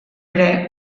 ere